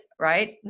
right